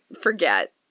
forget